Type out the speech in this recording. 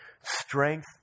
strength